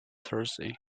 thursday